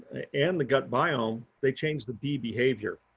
and the gut biome. they change the bee behavior.